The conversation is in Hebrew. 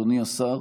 אדוני סגן השר,